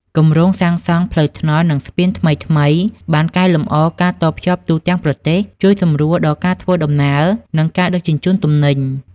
គម្រោងសាងសង់ផ្លូវថ្នល់ និងស្ពានថ្មីៗ បានកែលម្អការតភ្ជាប់ទូទាំងប្រទេស ជួយសម្រួលដល់ការធ្វើដំណើរ និងការដឹកជញ្ជូនទំនិញ។